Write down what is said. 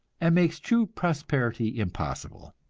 and makes true prosperity impossible.